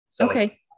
Okay